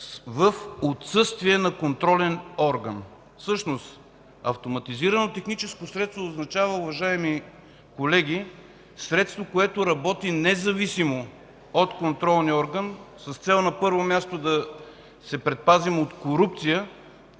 в отсъствие на контролен орган. Всъщност „автоматизирано техническо средство” означава, уважаеми колеги, средство, което работи независимо от контролния орган, с цел, на първо място, да се предпазим от корупция